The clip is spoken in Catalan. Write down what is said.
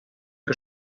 que